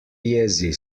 jezi